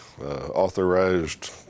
authorized